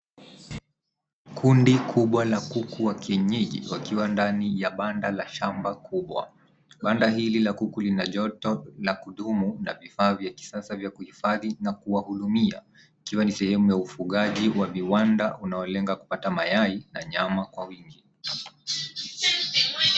Kundi kubwa la kuku wa kienyeji wakiwa ndani ya banda la shamba kubwa. Banda hili la kuku lina joto la kudumu na vifaa vya kisasa vya kuhifadhi na kuwahudumia, ikiwa ni sehemu ya ufugaji wa viwanda unaolenga kupata mayai na nyama kwa wingi.